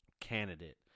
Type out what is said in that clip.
candidate